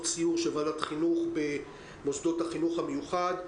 סיור של ועדת חינוך במוסדות החינוך המיוחד.